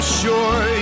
sure